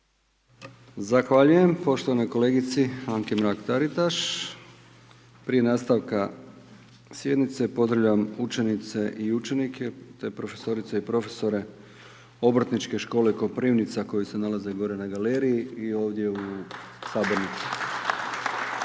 Zahvaljujem poštovanoj kolegici Anki Mrak Taritaš. Prije nastavka sjednice, pozdravljam učenice i učenike tj. profesorice i profesore Obrtničke škole Koprivnica koji se nalaze gore na galeriji i ovdje u sabornici.